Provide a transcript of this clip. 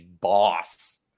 boss